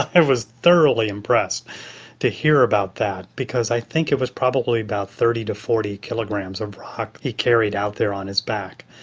i was thoroughly impressed to hear about that because i think it was probably about thirty to forty kilograms of rock that he carried out there on his back.